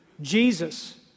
Jesus